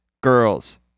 girls